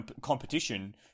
competition